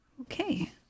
Okay